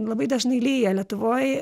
labai dažnai lyja lietuvoj